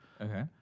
Okay